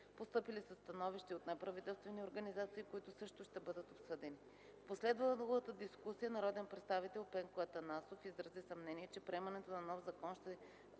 Постъпили са становища и от неправителствени организации, които също ще бъдат обсъдени. В последвалата дискусия народният представител Пенко Атанасов изрази съмнение, че приемането на нов закон ще